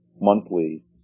monthly